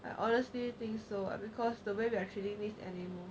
I honestly think so ah because the way we are treating these animals